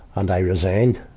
and i resigned.